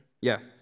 Yes